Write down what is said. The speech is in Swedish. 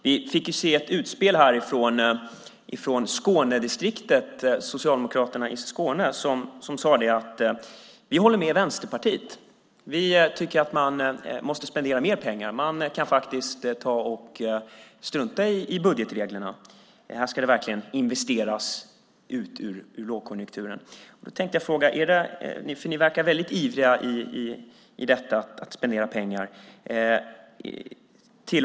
Vi fick se ett utspel från Socialdemokraterna i Skånedistriktet. De sade: Vi håller med Vänsterpartiet. Vi tycker att man måste spendera mer pengar. Man kan faktiskt strunta i budgetreglerna. Här ska det verkligen investeras ut ur lågkonjunkturen! Ni verkar väldigt ivriga med detta att spendera pengar.